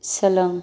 सोलों